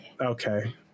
Okay